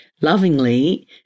lovingly